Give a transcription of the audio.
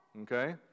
Okay